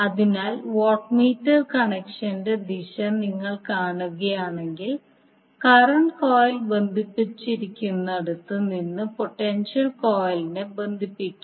അതിനാൽ watt meter കണക്ഷന്റെ ദിശ നിങ്ങൾ കാണുകയാണെങ്കിൽ കറണ്ട് കോയിൽ ബന്ധിപ്പിച്ചിരിക്കുന്നിടത്ത് നിന്ന് പൊട്ടൻഷ്യൽ കോയിലിനെ ബന്ധിപ്പിക്കാം